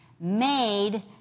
made